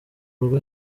rugo